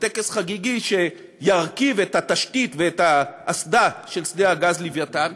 בטקס חגיגי שירכיב את התשתית ואת האסדה של שדה הגז "לווייתן".